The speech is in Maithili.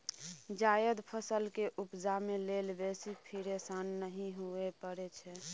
जायद फसल केँ उपजाबै लेल बेसी फिरेशान नहि हुअए परै छै